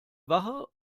wache